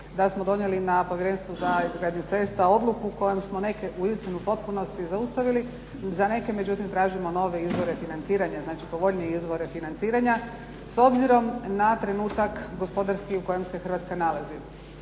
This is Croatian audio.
da smo donijeli na Povjerenstvu za izgradnju cesta odluku kojom smo neke uistinu u potpunosti zaustavili. Za neke međutim tražimo nove izvore financiranja znači povoljnije izvore financiranja s obzirom na trenutak gospodarski u kojem se Hrvatska nalazi.